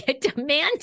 demanding